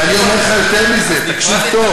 ואני אומר לך יותר מזה, תקשיב טוב.